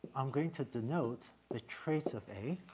i'm going to denote the trace of a